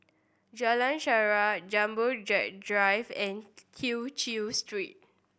Jalan Shaer Jumbo Jet Drive and Tew Chew Street